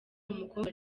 umukobwa